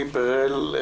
לי פרל,